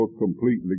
completely